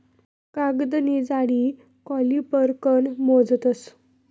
कागदनी जाडी कॉलिपर कन मोजतस